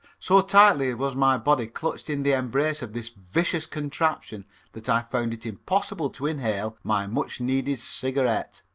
so tightly was my body clutched in the embrace of this vicious contraption that i found it impossible to inhale my much needed cigarette.